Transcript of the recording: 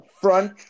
Front